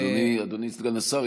אדוני סגן השר,